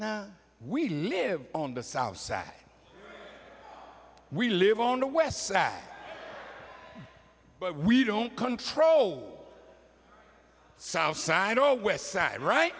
now we live on the south side we live on the west sac but we don't control south side or west side right